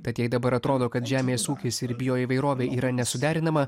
tad jei dabar atrodo kad žemės ūkis ir bioįvairovė yra nesuderinama